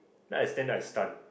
then I stand there I stun